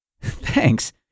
Thanks